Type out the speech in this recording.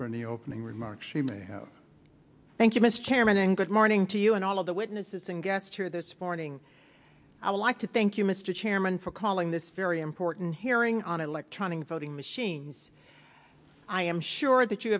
from the opening remark she may have thank you mr chairman and good morning to you and all of the witnesses and gets here this morning i would like to thank you mr chairman for calling this very important hearing on electronic voting machines i am sure that you